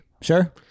Sure